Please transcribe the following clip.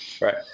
right